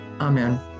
Amen